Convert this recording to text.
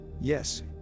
Yes